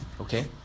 okay